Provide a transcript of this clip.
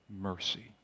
mercy